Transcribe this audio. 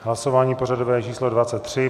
Hlasování pořadové číslo 23.